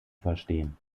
verstehen